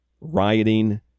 rioting